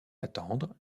attendre